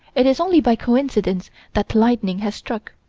it is only by coincidence that lightning has struck,